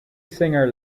singer